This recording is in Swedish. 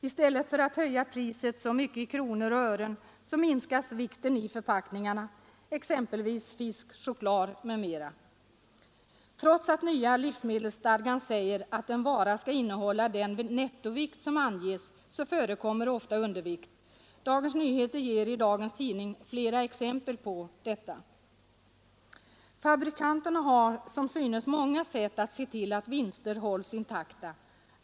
I stället för att höja priset i kronor och ören minskar man vikten i förpackningarna när det gäller fisk, choklad m.m. Trots att anges, så förekommer ofta undervikt. Dagens Nyheter ger i dag flera Onsdagen den exempel på detta. 13 mars 1974 Fabrikanterna har som synes många sätt att se till att vinsterna hålls —— intakta.